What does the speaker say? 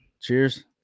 Cheers